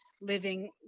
living